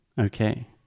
Okay